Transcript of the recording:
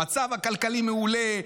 המצב הכלכלי מעולה,